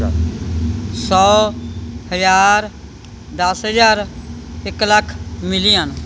ਸੌ ਹਜ਼ਾਰ ਦਸ ਹਜ਼ਾਰ ਇੱਕ ਲੱਖ ਮਿਲੀਅਨ